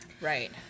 right